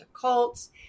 cults